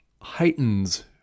heightens